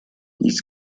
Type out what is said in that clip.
dies